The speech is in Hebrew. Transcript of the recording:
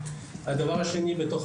יש חוסר